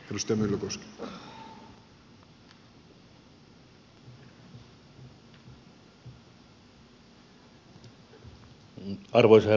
arvoisa herra puhemies